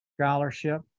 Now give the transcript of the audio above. scholarship